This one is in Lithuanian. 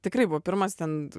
tikrai buvo pirmas ten